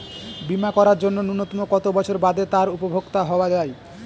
বীমা করার জন্য ন্যুনতম কত বছর বাদে তার উপভোক্তা হওয়া য়ায়?